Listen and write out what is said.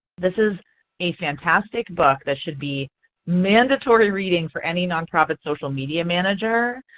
this is a fantastic book that should be mandatory reading for any nonprofit social media manager.